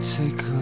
take